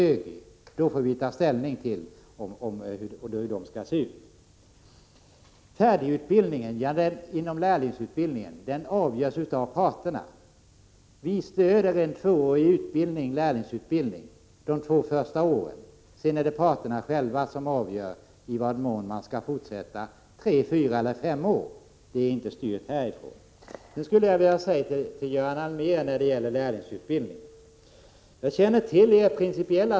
Då får vi ta ställning till hur de skall se ut. Färdigutbildningen inom lärlingsutbildningen avgörs av parterna. Vi stöder en tvåårig lärlingsutbildning, sedan får parterna själva avgöra i vad mån man skall fortsätta tre, fyra eller fem år. Det är inte styrt härifrån. Jag känner till er principiella syn på lärlingsutbildningen, Göran Allmér.